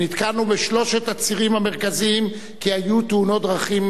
שנתקענו בשלושת הצירים המרכזיים כי היו תאונות דרכים,